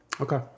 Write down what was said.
Okay